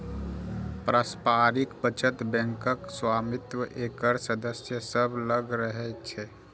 पारस्परिक बचत बैंकक स्वामित्व एकर सदस्य सभ लग रहै छै